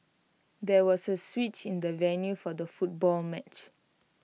there was A switch in the venue for the football match